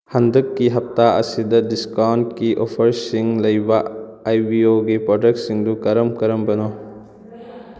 ꯍꯟꯗꯛꯀꯤ ꯍꯞꯇꯥ ꯑꯁꯤꯗ ꯗꯤꯁꯀꯥꯎꯟꯒꯤ ꯑꯣꯐꯔꯁꯤꯡ ꯂꯩꯕ ꯑꯥꯏ ꯕꯤ ꯌꯣꯒꯤ ꯄ꯭ꯔꯗꯛꯁꯤꯡꯗꯨ ꯀꯔꯝ ꯀꯔꯝꯕꯅꯣ